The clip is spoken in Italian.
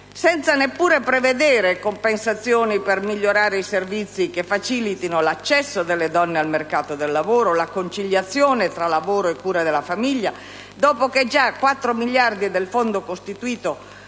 senza neppure prevedere compensazioni per migliorare i servizi che facilitino l'accesso delle donne al mercato del lavoro, la conciliazione tra lavoro e cura della famiglia, dopo che già 4 miliardi del fondo costituito